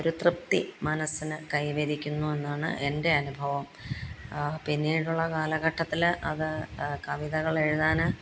ഒര് തൃപ്തി മനസ്സിന് കൈവരിക്കുന്നു എന്നാണ് എൻ്റെ അനുഭവം പിന്നീടുള്ള കാലഘട്ടത്തില് അത് കവിതകൾ എഴുതാന്